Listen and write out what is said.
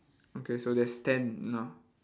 okay so there's ten now